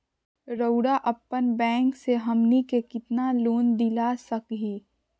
रउरा अपन बैंक से हमनी के कितना लोन दिला सकही?